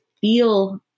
feel